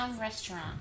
restaurant